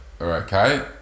okay